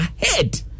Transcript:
ahead